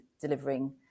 delivering